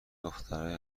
دخترای